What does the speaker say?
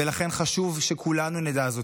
ולכן חשוב שכולנו נדע זאת,